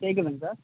கேட்குதுங்க சார்